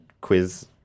quiz